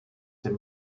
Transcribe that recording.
dem